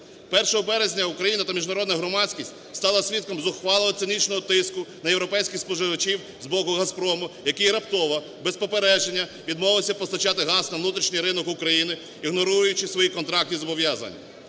березня Україна та міжнародна громадськість стала свідком зухвалого, цинічного тиску на європейських споживачів з боку "Газпрому", який раптово, без попередження відмовився постачати газ на внутрішній ринок України, ігноруючи свої контрактні зобов'язання.